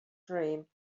dream